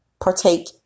partake